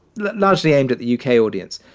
largely aimed at the u k. audience,